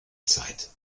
zeit